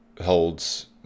Holds